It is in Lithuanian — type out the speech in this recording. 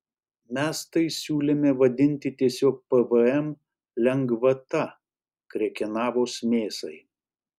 mes tai siūlėme vadinti tiesiog pvm lengvata krekenavos mėsai